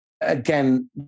Again